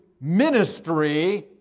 ministry